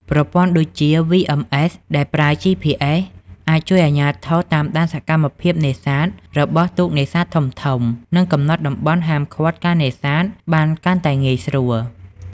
ប្រព័ន្ធដូចជា VMS ដែលប្រើ GPS អាចជួយអាជ្ញាធរតាមដានសកម្មភាពនេសាទរបស់ទូកនេសាទធំៗ និងកំណត់តំបន់ហាមឃាត់ការនេសាទបានកាន់តែងាយស្រួល។